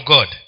God